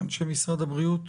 אנשי משרד הבריאות?